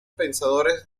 pensadores